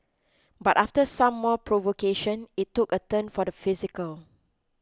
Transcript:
but after some more provocation it took a turn for the physical